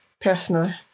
personally